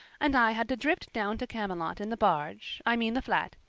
and i had to drift down to camelot in the barge i mean the flat.